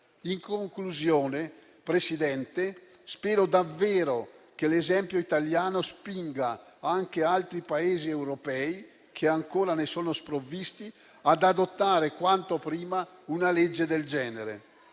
In conclusione, signor Presidente, spero davvero che l'esempio italiano spinga anche altri Paesi europei, che ancora ne sono sprovvisti, ad adottare quanto prima una legge del genere